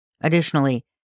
Additionally